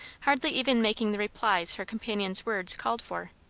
hardly even making the replies her companion's words called for.